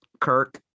Kirk